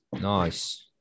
Nice